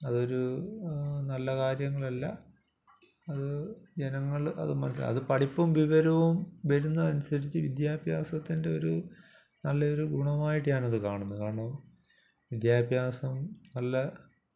അതൊരു നല്ല കാര്യങ്ങൾ അല്ല അത് ജനങ്ങൾ അത് പഠിപ്പും വിവരവും വരുന്നത് അനുസരിച്ച് വിദ്യാഭ്യാസത്തിന്റെ ഒരു നല്ലയൊരു ഗുണമായിട്ടാണ് ഞാനത് കാണുന്നത് കാരണം വിദ്യാഭ്യാസം നല്ല